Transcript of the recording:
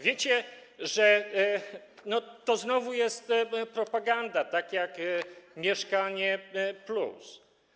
Wiecie, że to znowu jest propaganda tak jak „Mieszkanie+”